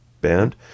band